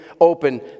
open